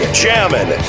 jamming